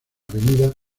avenida